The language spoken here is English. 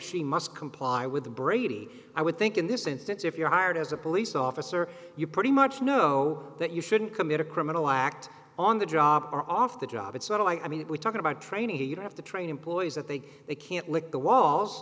she must comply with the brady i would think in this instance if you're hired as a police officer you pretty much know that you shouldn't commit a criminal act on the job or off the job it's not i mean we're talking about training you have to train employees that they they can't lick the walls